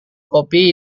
kopi